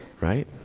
Right